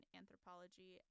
anthropology